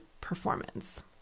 performance